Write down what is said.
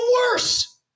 worse